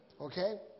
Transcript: Okay